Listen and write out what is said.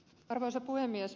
arvoisa puhemies